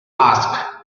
asked